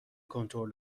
کنترل